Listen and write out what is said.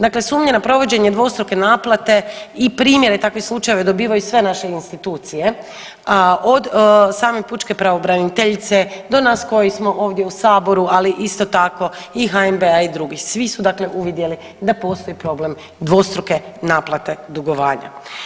Dakle, sumnje na provođenje dvostruke naplate i primjere takvih slučajeva dobivaju sve naše institucije od same pučke pravobraniteljice do nas koji smo ovdje u saboru, ali isto tako i HNB-a i drugih, svi su dakle uvidjeli da postoji problem dvostruke naplate dugovanja.